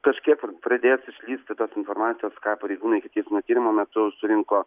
taške pradės išlįsti tos informacijos ką pareigūnai iki teismo tyrimo metu surinko